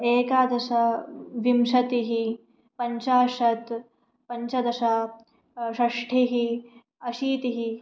एकादश विंशतिः पञ्चाशत् पञ्चदश षष्ठिः अशीतिः